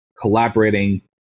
collaborating